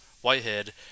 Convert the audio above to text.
Whitehead